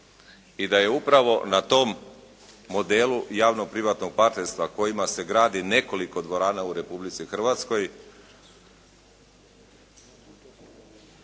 i da je upravo na tom modelu javno privatnog partnerstva kojima se gradi nekoliko dvorana u Republici Hrvatskoj